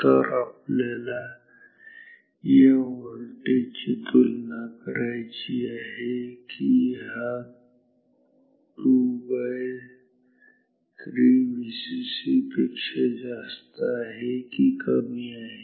तर आपल्याला या व्होल्टेज ची तुलना करायची आहे की हा 2Vcc3 पेक्षा जास्त आहे की कमी आहे